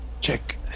Check